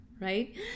right